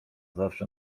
zawsze